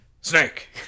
Snake